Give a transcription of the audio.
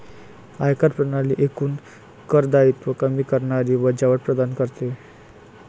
आयकर प्रणाली एकूण कर दायित्व कमी करणारी वजावट प्रदान करते